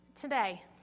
Today